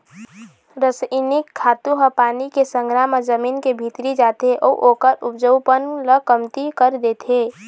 रसइनिक खातू ह पानी के संघरा म जमीन के भीतरी जाथे अउ ओखर उपजऊपन ल कमती कर देथे